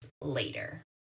later